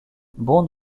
bond